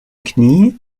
knie